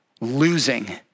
losing